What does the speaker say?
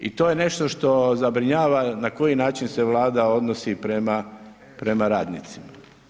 I to je nešto što zabrinjava na koji način se Vlada odnosi prema radnicima.